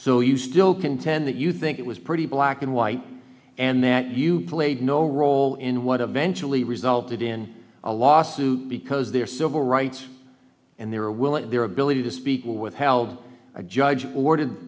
so you still contend that you think it was pretty black and white and that you played no role in what eventually resulted in a lawsuit because their civil rights and their will and their ability to speak were withheld a judge orde